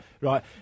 right